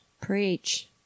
Preach